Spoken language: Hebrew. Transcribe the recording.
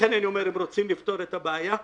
לכן, אני אומר שאם רוצים לפתור את בעיה הזאת,